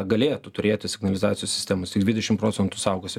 galėtų turėti signalizacijos sistemas tik dvidešim procentų saugosi